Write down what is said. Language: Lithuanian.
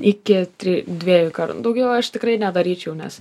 iki tri dviejų kar nu daugiau aš tikrai nedaryčiau nes